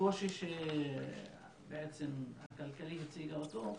הקושי הכלכלי, הציגה אותו,